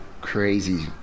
crazy